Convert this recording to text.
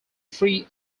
free